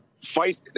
fight